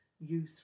youth